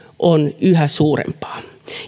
on yhä suurempaa